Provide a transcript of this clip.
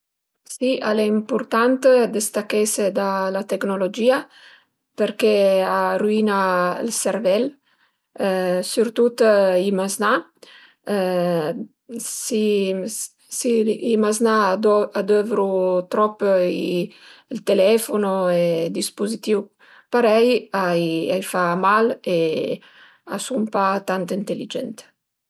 Si al e ëmpurtant dëstachese da la tecnologìa perché a ruina ël servel sürtut i maznà, si i maznà a dovru a dövru trop i ël telefono e i dizpuzitìu parei a i fa mal e a sun pa tant inteligent